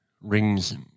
rings